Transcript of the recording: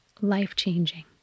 life-changing